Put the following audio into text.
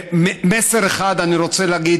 ומסר אחד אני רוצה להגיד,